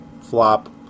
Flop